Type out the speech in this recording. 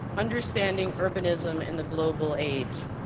understanding urbanism in the global age.